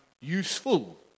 useful